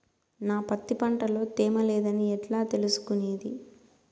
నా పత్తి పంట లో తేమ లేదని ఎట్లా తెలుసుకునేది?